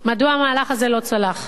מדוע המהלך הזה לא צלח.